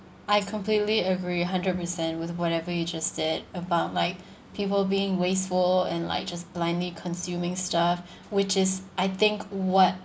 I completely agree hundred percent with whatever you just said about like people being wasteful and like just blindly consuming stuff which is I think what